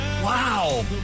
Wow